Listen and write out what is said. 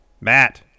Matt